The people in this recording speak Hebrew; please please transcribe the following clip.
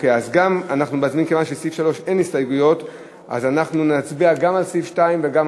אז אנחנו גם נצביע על הסתייגות לחלופין 7 של קבוצת חד"ש.